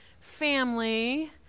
family